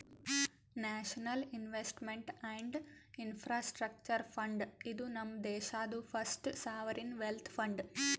national investment and infrastructure fund, ಇದು ನಮ್ ದೇಶಾದು ಫಸ್ಟ್ ಸಾವರಿನ್ ವೆಲ್ತ್ ಫಂಡ್